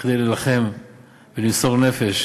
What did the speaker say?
כדי להילחם ולמסור נפש